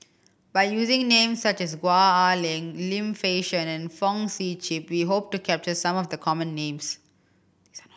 by using names such as Gwee Ah Leng Lim Fei Shen and Fong Sip Chee we hope to capture some of the common names